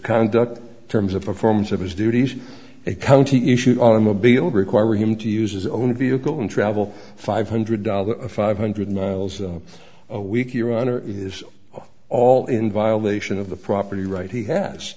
conduct in terms of performance of his duties a county issued automobile require him to use his own vehicle and travel five hundred dollars to five hundred miles a week your honor it is all in violation of the property right he has